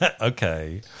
Okay